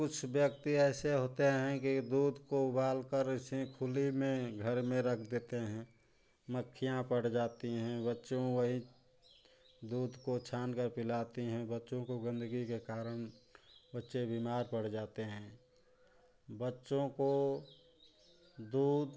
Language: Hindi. कुछ व्यक्ति ऐसे होते है की दूध को उबाल कर वैसे ही खुले में घर में रख देते हैं मक्खियाँ पड़ जाती हैं बच्चों वहीं दूध को छान कर पिलाती हैं बच्चों को गंदगी के कारण बच्चे बीमार पड़ जाते हैं बच्चों को दूध